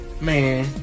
Man